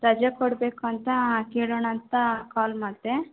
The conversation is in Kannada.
ರಜ ಕೊಡ್ಬೇಕಂತ ಕೇಳೋಣಾಂತ ಕಾಲ್ ಮಾಡಿದೆ